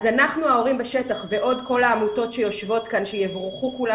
אז אנחנו ההורים בשטח ועוד כל העמותות בשטח שיבורכו כולם